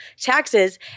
taxes